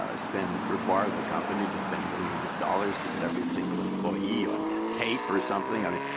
ah spend require the company to spend millions of dollars to get every single employee on tape or something. i mean,